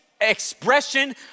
expression